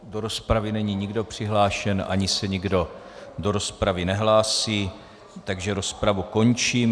Do rozpravy není nikdo přihlášen ani se nikdo do rozpravy nehlásí, takže rozpravu končím.